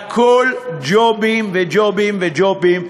הכול ג'ובים וג'ובים וג'ובים.